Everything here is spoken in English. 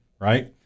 right